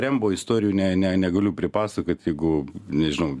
rembo istorijų ne ne negaliu pripasakot jeigu nežinau